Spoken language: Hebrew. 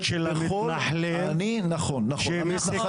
של המתנחלים -- אני מציע לשנות את החוק,